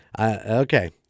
Okay